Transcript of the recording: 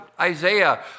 Isaiah